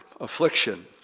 affliction